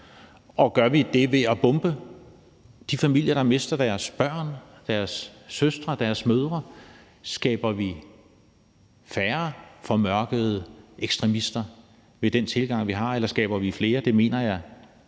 Gør vi det ved at bombe de familier, der så mister deres børn, deres søstre og deres mødre? Skaber vi færre formørkede ekstremister med den tilgang, vi har, eller skaber vi flere? Jeg mener,